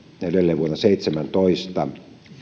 edelleen vuonna seitsemäntoista